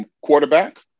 quarterback